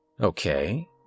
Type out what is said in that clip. Okay